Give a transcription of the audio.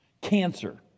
Cancer